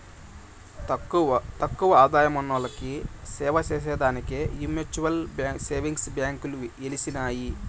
తక్కువ ఆదాయమున్నోల్లకి సేవచేసే దానికే ఈ మ్యూచువల్ సేవింగ్స్ బాంకీలు ఎలిసినాయి